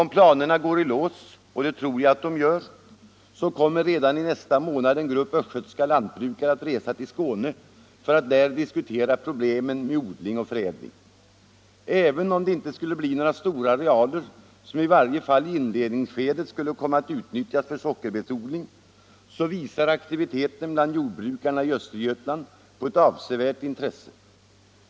Om planerna går i lås — och det tror jag att de gör — så kommer redan i nästa månad en grupp östgötska lantbrukare att resa till Skåne för att diskutera problemen med odling och förädling. Även om det inte skulle bli några stora arealer som i varje fall i inledningsskedet skulle komma att utnyttjas för sockerbetsodling så visar aktiviteten bland jordbrukarna i Östergötlands län på ett avsevärt intresse.